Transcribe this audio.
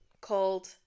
called